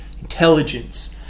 intelligence